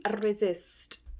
resist